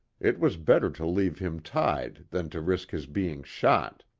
it was better to leave him tied than to risk his being shot.